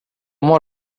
har